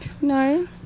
No